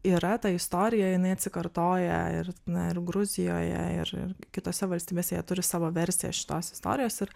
yra ta istorija jinai atsikartoja ir na ir gruzijoje ir kitose valstybėse jie turi savo versiją šitos istorijos ir